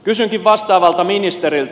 kysynkin vastaavalta ministeriltä